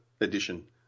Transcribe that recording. edition